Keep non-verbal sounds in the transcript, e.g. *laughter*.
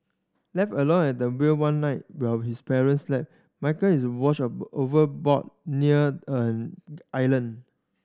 left alone at the wheel one night while his parents slept Michael is washed *unintelligible* overboard near an island